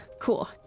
cool